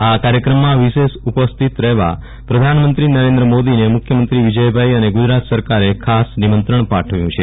આ કાર્યક્રમમાં વિશેષ ઉપસ્થિત રહેવા પ્રધાનમંત્રી નરેન્દ્ર મોદીને મુખ્યમંત્રી વિજયભાઈ અને ગુજરાત સરકારે ખાસ નિમંત્રણ પાઠવ્યું છે